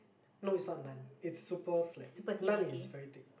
no it's not naan it's super flat naan is very thick